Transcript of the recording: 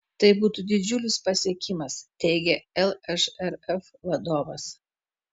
tai būtų didžiulis pasiekimas teigė lžrf vadovas